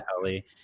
Ellie